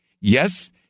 Yes